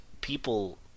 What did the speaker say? people